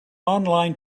online